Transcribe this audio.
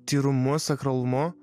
tyrumu sakralumu